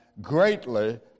greatly